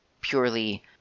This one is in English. purely